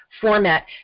format